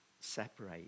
separate